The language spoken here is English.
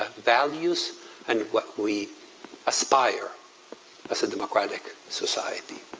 values and what we aspire as a democratic society.